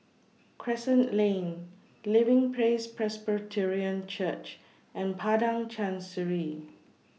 Crescent Lane Living Praise Presbyterian Church and Padang Chancery